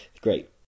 Great